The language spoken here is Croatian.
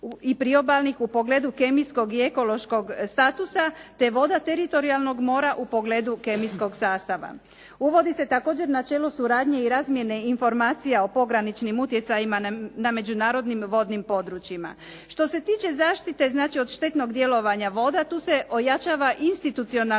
Uvodi se također načelo suradnje i razmjene informacija o pograničnim utjecajima na međunarodnim vodnim područjima. Što se tiče zaštite znači od štetnog djelovanja voda tu se ojačava institucionalni